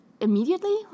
immediately